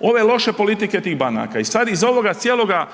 ove loše politike tih banaka i sada iz ovoga cijeloga,